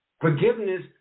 Forgiveness